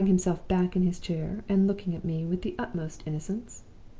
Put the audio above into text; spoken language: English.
throwing himself back in his chair, and looking at me with the utmost innocence.